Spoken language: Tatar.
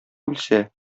үлсә